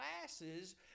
classes